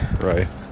Right